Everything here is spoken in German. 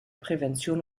prävention